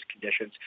conditions